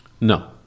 no